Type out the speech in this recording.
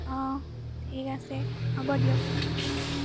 অহ ঠিক আছে হ'ব দিয়ক